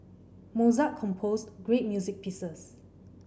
Mozart composed great music pieces